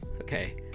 okay